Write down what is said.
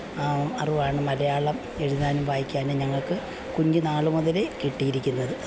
അറിവാണ് മലയാളം എഴുതാനും വായിക്കാനും ഞങ്ങൾക്ക് കുഞ്ഞുന്നാൾ മുതലേ കിട്ടിയിരിക്കുന്നത്